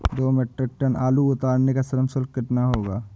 दो metric ton आलू उतारने का श्रम शुल्क कितना होगा?